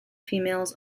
females